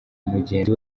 mugenzi